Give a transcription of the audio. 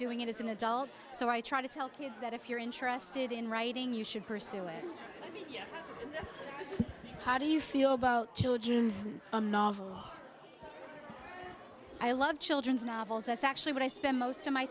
doing it as an adult so i try to tell kids that if you're interested in writing you should pursue it how do you feel about children's novels i love children's novels that's actually what i spend most of my